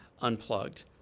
unplugged